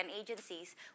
Agencies